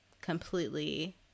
completely